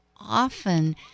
often